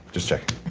just checking